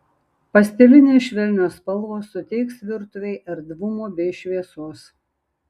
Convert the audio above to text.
pastelinės švelnios spalvos suteiks virtuvei erdvumo bei šviesos